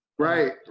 Right